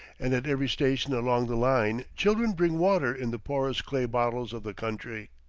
and at every station along the line children bring water in the porous clay bottles of the country.